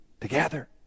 together